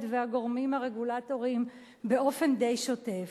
והגורמים הרגולטוריים באופן די שוטף.